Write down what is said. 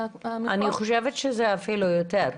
אני חושבת שזה אפילו יותר.